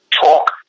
talk